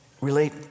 relate